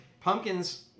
pumpkins